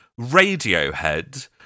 Radiohead